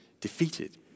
defeated